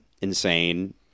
insane